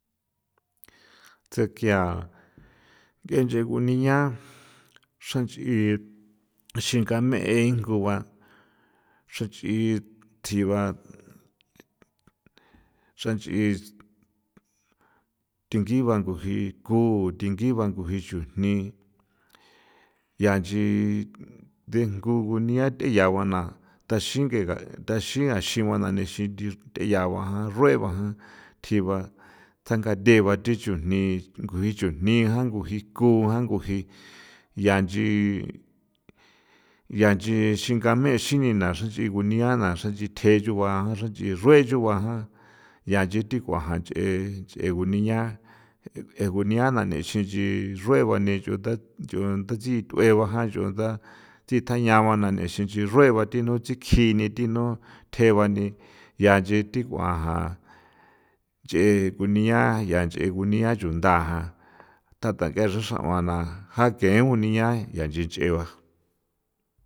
Tsekia ng'e nch'e gunia xran nch'i xenga me'e ngu ba xran nch'i tji ba xran nch'i thi ngiva nguji ku thi ngiva nguji chujni ya nchi the jngu gunia theyagua na taxin nyega taxin a xin gua nixin theya ba jan rrueba jan thjiba tsangathe ba thi chujni nguji chujni jan nguji kun jan nguji ya nchi ya nchi xinga mee xranch'i gunia na xranch'i thjeyugua xranch'i rrue yugua jan ya nchi tik'ua ja nch'e nch'e gunia gunia na xranch'i rrue bani chu ta nch'u tatjsi t'ueba jan nch'o nda tsitja ya ñaba na n'en xi nchirueba thinu tsikji thino thjeba ni ya nchi thik'uan ya nch'e kunia ya nch'e kunia ntha tja ke xra xra'uan ja ke kunia ya nchi ch'eba.